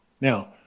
Now